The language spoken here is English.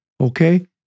okay